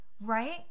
right